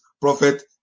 Prophet